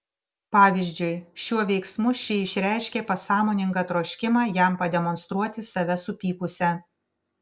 pavyzdžiui šiuo veiksmu ši išreiškė pasąmoningą troškimą jam pademonstruoti save supykusią